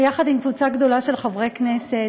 יחד עם קבוצה גדולה של חברי כנסת,